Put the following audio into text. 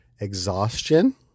exhaustion